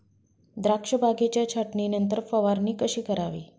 द्राक्ष बागेच्या छाटणीनंतर फवारणी कशी करावी?